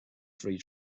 free